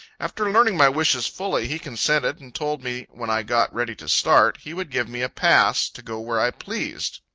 after learning my wishes fully, he consented, and told me, when i got ready to start, he would give me a pass, to go where i pleased.